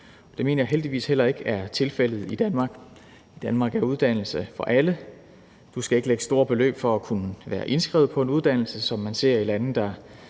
det mener jeg heldigvis heller ikke er tilfældet i Danmark. I Danmark er uddannelse for alle. Du skal ikke lægge store beløb for at kunne være indskrevet på en uddannelse, som man ser i lande –